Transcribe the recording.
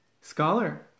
scholar